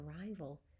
arrival